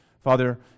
Father